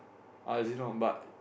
ah Zilong but